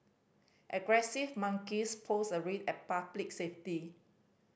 aggressive monkeys pose a risk and public safety